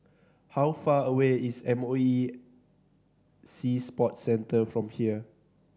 how far away is M O E Sea Sports Centre from here